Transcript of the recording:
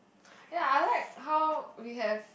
ya I like her we have